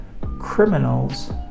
criminals